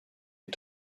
est